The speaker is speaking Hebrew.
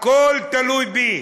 הכול תלוי בי,